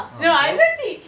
uh then